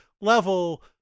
level